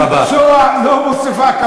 למקצוע לא מוסיפה כבוד.